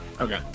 okay